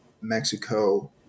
Mexico